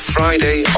Friday